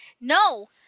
No